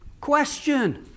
Question